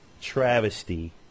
travesty